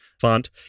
font